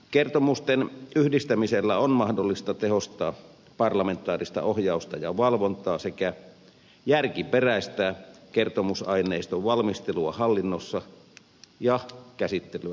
kertomusten yhdistämisellä on mahdollista tehostaa parlamentaarista ohjausta ja valvontaa sekä järkiperäistää kertomusaineiston valmistelua hallinnossa ja käsittelyä eduskunnassa